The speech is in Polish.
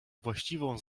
właściwą